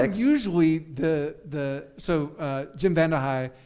like usually the the, so jim vandehei,